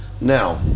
Now